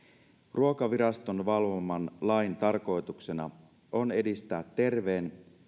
ruokaviraston valvoman lain tarkoituksena on edistää terveen